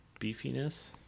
beefiness